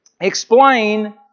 explain